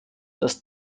dass